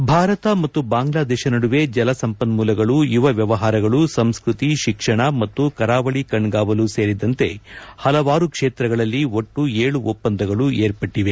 head Bharat ಮತ್ತು ಬಾಂಗ್ಲಾದೇಶ ನಡುವೆ ಜಲ ಸಂಪನ್ಮೂಲಗಳು ಯುವ ವ್ವವಹಾರಗಳು ಸಂಸ್ಕತಿ ಶಿಕ್ಷಣ ಮತ್ತು ಕರಾವಳಿ ಕಣ್ಗಾವಲು ಸೇರಿದಂತೆ ಹಲವಾರು ಕ್ಷೇತ್ರಗಳಲ್ಲಿ ಒಟ್ಟು ಏಳು ಒಪ್ಪಂದಗಳು ಏರ್ಪಟ್ಟದೆ